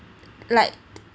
like